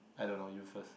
I don't know you first